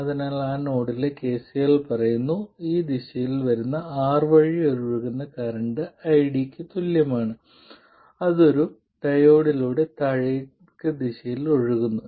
അതിനാൽ ആ നോഡിലെ KCL പറയുന്നു ഈ ദിശയിൽ R വഴി ഒഴുകുന്ന കറന്റ് ID യ്ക്ക് തുല്യമാണ് അത് ഒരു ഡയോഡിലൂടെ താഴേക്ക് ദിശയിൽ ഒഴുകുന്നു